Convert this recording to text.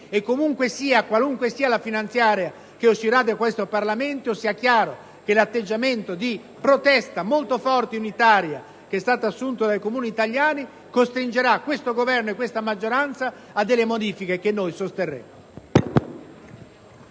qualunque sia la finanziaria che uscirà da questo Parlamento, sia chiaro che l'atteggiamento di protesta molto forte in Italia assunto dai Comuni italiani costringerà questo Governo e questa maggioranza a modifiche che noi del PD sosterremo.